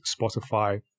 Spotify